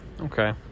Okay